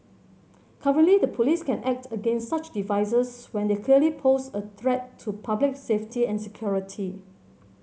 currently the police can act against such devices when they clearly pose a threat to public safety and security